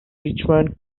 richmond